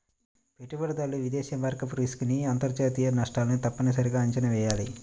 పెట్టుబడిదారులు విదేశీ మారకపు రిస్క్ ని అంతర్జాతీయ నష్టాలను తప్పనిసరిగా అంచనా వెయ్యాలి